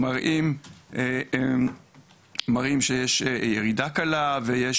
מראים שיש ירידה קלה, ויש